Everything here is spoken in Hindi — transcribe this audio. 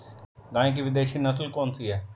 गाय की विदेशी नस्ल कौन सी है?